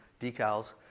decals